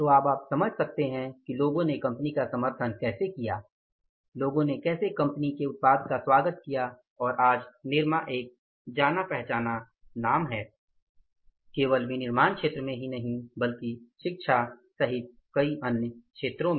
तो अब आप समझ सकते हैं कि लोगों ने कंपनी का समर्थन कैसे किया है लोगों ने कैसे कंपनी के उत्पाद का स्वागत किया और आज निरमा एक जाना माना नाम है केवल विनिर्माण क्षेत्र में ही नहीं बल्कि शिक्षा सहित कई क्षेत्रों में